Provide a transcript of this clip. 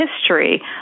history